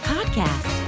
Podcast